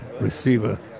receiver